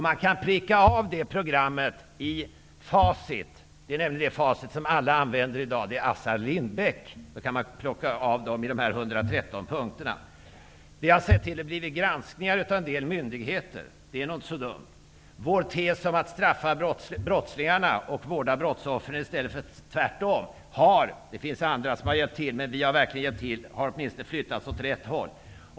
Man kan pricka av detta program i facit -- dvs. det facit som alla använder i dag, nämligen Assar Vi har sett till att det har gjorts granskningar av en del myndigheter. Det var nog inte så dumt. Vår tes att man skall straffa brottslingarna och vårda brottsoffren i stället för tvärtom har vi -- det finns också andra som har hjälpt till -- åtminstone fått att gå åt rätt håll.